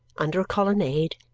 under a colonnade,